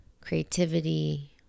creativity